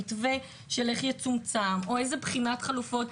מתווה של איך יצומצם או איזו בחינת חלופות.